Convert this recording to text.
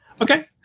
Okay